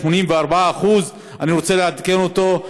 84%; אני רוצה לעדכן אותו,